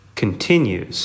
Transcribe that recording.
continues